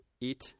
eat